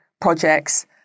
projects